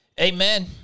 Amen